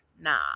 nah